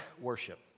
worship